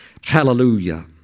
Hallelujah